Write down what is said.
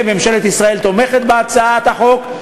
ממשלת ישראל תומכת בהצעת החוק,